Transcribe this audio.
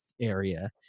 area